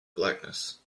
blackness